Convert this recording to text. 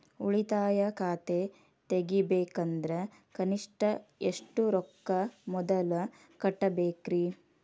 ಉಳಿತಾಯ ಖಾತೆ ತೆಗಿಬೇಕಂದ್ರ ಕನಿಷ್ಟ ಎಷ್ಟು ರೊಕ್ಕ ಮೊದಲ ಕಟ್ಟಬೇಕ್ರಿ?